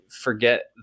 forget